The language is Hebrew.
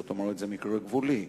זאת אומרת שזה מקרה גבולי.